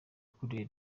ukuriye